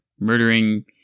murdering